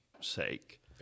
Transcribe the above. sake